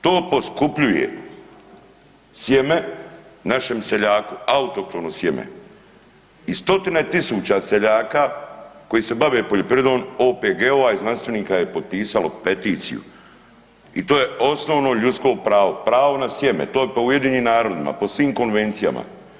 To poskupljuje sjeme našem seljaku, autohtono sjeme i stotine tisuća seljaka koji se bave poljoprivredom, OPG-ova i znanstvenika je potpisalo peticiju i to je osnovno ljudsko pravo, pravo na sjeme, to po UN-u, po svim konvencijama.